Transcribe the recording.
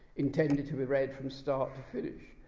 intended to be read from start to finish?